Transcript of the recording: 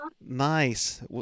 nice